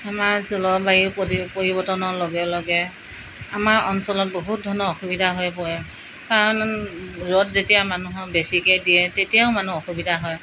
আমাৰ জলবায়ু পৰিৱৰ্তনৰ লগে লগে আমাৰ অঞ্চলত বহুত ধৰণৰ অসুবিধা হৈ পৰে কাৰণ ৰ'দ যেতিয়া মানুহৰ বেছিকৈ দিয়ে তেতিয়াও মানুহ অসুবিধা হয়